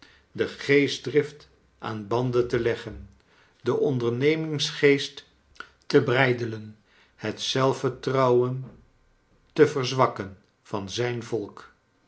de geestdrift aan banden te leggen den ondernemingsgeest te breidelen het zelfvertrouwen te verzwakken van zijn volk